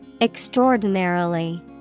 Extraordinarily